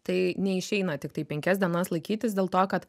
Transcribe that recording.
tai neišeina tiktai penkias dienas laikytis dėl to kad